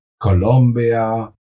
Colombia